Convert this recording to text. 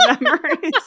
memories